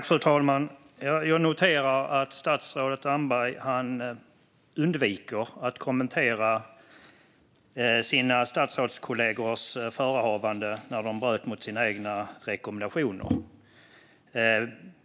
Fru talman! Jag noterar att statsrådet Damberg undviker att kommentera sina statsrådskollegors förehavanden när de bröt mot sina egna rekommendationer.